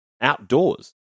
Outdoors